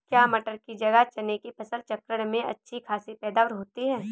क्या मटर की जगह चने की फसल चक्रण में अच्छी खासी पैदावार होती है?